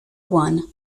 one